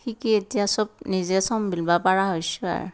শিকি এতিয়া চব নিজে চম্ভালিব পৰা হৈছোঁ আৰু